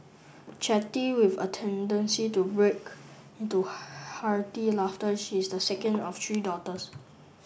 chatty with a tendency to break into hearty laughter she is the second of three daughters